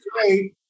great